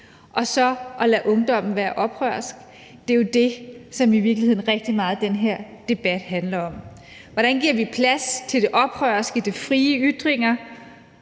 og så det at lade ungdommen være oprørsk, er jo i virkeligheden rigtig meget det, som den her debat handler om. Hvordan giver vi plads til det oprørske, de frie ytringer,